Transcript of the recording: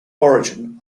origin